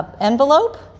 envelope